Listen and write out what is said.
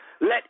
Let